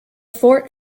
fort